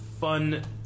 fun